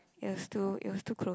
it was too it was too close